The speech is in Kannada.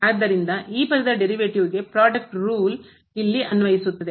ಆದ್ದರಿಂದ ಈ ಪದದ derivative ಗೆ ವ್ಯುತ್ಪನ್ನಕ್ಕೆ product rule ಉತ್ಪನ್ನ ನಿಯಮವು ಇಲ್ಲಿ ಅನ್ವಯಿಸುತ್ತದೆ